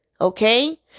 Okay